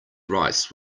rice